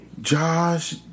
Josh